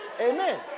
Amen